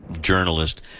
journalist